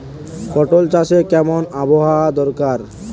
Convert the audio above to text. পটল চাষে কেমন আবহাওয়া দরকার?